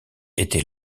était